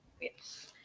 Yes